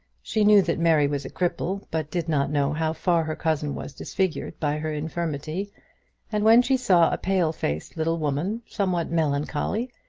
she knew that mary was a cripple, but did not know how far her cousin was disfigured by her infirmity and when she saw a pale-faced little woman, somewhat melancholy,